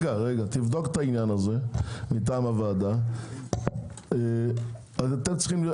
תבדוק את העניין הזה מטעם הוועדה, אני מבקש ממך.